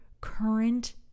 current